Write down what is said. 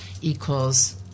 equals